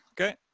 okay